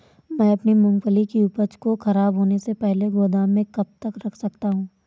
मैं अपनी मूँगफली की उपज को ख़राब होने से पहले गोदाम में कब तक रख सकता हूँ?